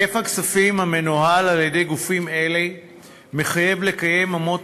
היקף הכספים המנוהל על-ידי גופים אלה מחייב לקיים אמות